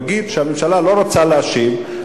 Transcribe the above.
יגיד שהממשלה לא רוצה להשיב,